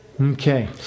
okay